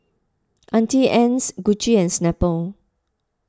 Auntie Anne's Gucci and Snapple